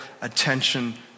attention